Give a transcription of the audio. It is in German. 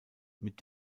mit